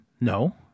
No